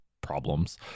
problems